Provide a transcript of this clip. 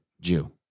Jew